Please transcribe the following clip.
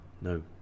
no